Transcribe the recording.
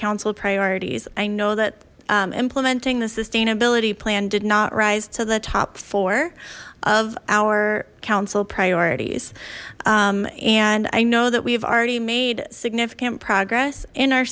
council priorities i know that implementing the sustainability plan did not rise to the top four of our council priorities and i know that we've already made significant progress in our